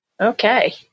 Okay